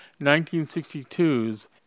1962's